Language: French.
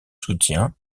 soutien